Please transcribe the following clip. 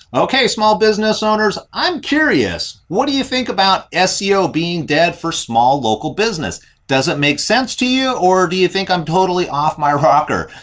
ok small business owners! i'm curious, what do you think about. seo being dead for small local business? does it make sense to you or do you think i'm totally off my rocker?